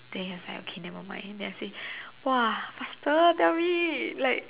then he was like okay never mind then I say [wah] faster tell me like